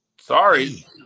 Sorry